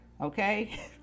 Okay